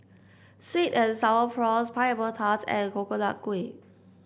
Sweet and Sour Prawns Pineapple Tart and Coconut Kuih